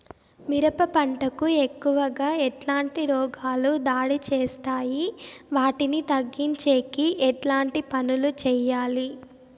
మిరప పంట కు ఎక్కువగా ఎట్లాంటి రోగాలు దాడి చేస్తాయి వాటిని తగ్గించేకి ఎట్లాంటి పనులు చెయ్యాలి?